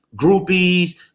groupies